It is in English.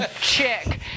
chick